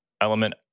element